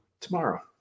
tomorrow